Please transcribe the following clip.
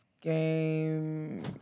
game